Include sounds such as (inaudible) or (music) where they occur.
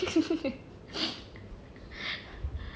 (laughs) (breath) (breath)